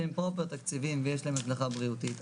שהם פרופר תקציביים ויש להם השלכה בריאותית,